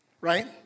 Right